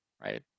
right